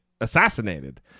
assassinated